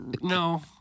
No